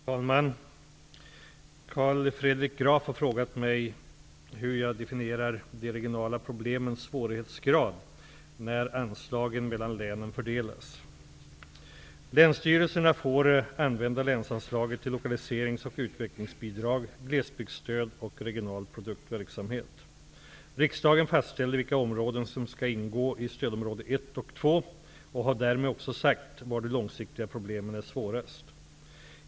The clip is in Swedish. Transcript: Herr talman! Carl Fredrik Graf har frågat mig hur jag definierar de regionala problemens svårighetsgrad när anslagen mellan länen fördelas. Länsstyrelserna får använda länsanslaget till lokaliserings och utvecklingsbidrag, glesbygdsstöd och regional projektverksamhet. Riksdagen fastställer vilka områden som skall ingå i stödområde 1 och 2 och har därmed också sagt var de långsiktiga problemen är svårast.